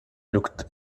looked